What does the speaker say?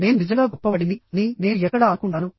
నేను నిజంగా గొప్పవాడిని అని నేను ఎక్కడ అనుకుంటాను